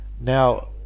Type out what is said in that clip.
now